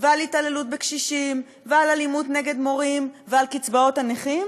ועל התעללות בקשישים ועל אלימות נגד מורים ועל קצבאות הנכים,